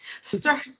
start